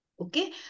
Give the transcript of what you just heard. Okay